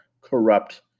corrupt